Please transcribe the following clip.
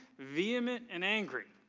vehement and angry,